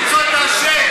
האמנות למצוא את האשם.